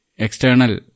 external